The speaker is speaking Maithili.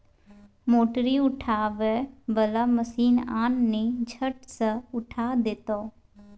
मोटरी उठबै बला मशीन आन ने झट सँ उठा देतौ